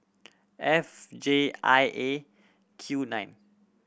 F J I A Q nine